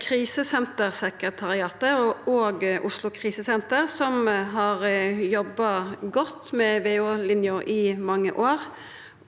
Krisesentersekretariatet og Oslo krisesenter som har jobba godt med VO-linja i mange år,